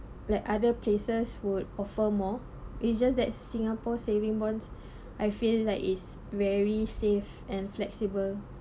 like other places would offer more is just that singapore saving bonds I feel like is very safe and flexible